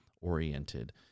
oriented